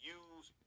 use